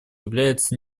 является